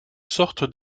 sorte